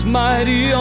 mighty